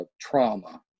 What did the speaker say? trauma